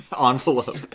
envelope